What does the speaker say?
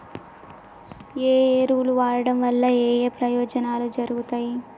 ఏ ఎరువులు వాడటం వల్ల ఏయే ప్రయోజనాలు కలుగుతయి?